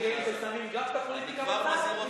יש רגעים ששמים גם את הפוליטיקה בצד וגם